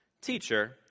Teacher